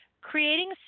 Creating